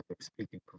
Speaking